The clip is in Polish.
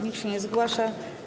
Nikt się nie zgłasza.